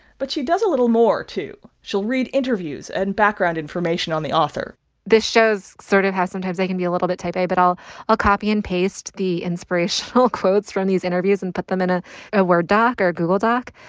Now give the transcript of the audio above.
but she does a little more, too. she'll read interviews and background information on the author this shows sort of how, sometimes, i can be a little bit type a, but i'll copy and paste the inspirational quotes from these interviews and put them in a a word doc or google doc.